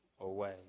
away